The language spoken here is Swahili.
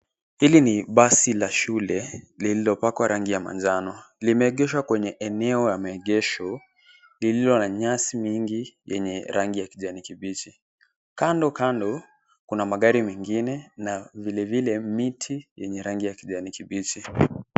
Hili ni basi la shule lililopakwa rangi ya manjano. Limeegeshwa kwenye eneo lya maegesho lililo na nyasi mingi yenye rangi ya kijani kibichi. Kandokando, kuna magari mengine na vilevile miti yenye rangi ya kijani kibichi.